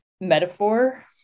metaphor